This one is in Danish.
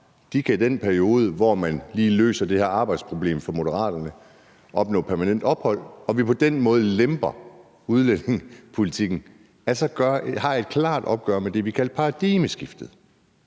ophold i den periode, hvor man lige løser det her arbejdsproblem for Moderaterne, og at vi på den måde lemper udlændingepolitikken, altså har et klart opgør med det, vi kaldte paradigmeskiftet?